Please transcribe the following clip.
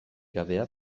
gabeak